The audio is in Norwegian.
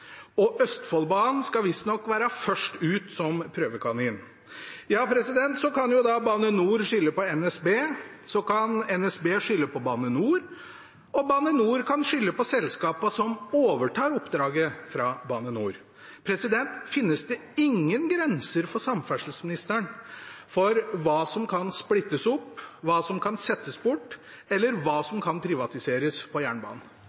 Østfoldbanen skal visstnok være først ut som prøvekanin. Slik kan Bane NOR skylde på NSB, NSB kan skylde på Bane NOR, og Bane NOR kan skylde på selskapene som overtar oppdraget fra Bane NOR. Finnes det ingen grenser for samferdselsministeren for hva som kan splittes opp, hva som kan settes bort, eller hva som kan privatiseres på jernbanen? Jeg tror de fleste i denne salen vet at eierskapet til jernbanen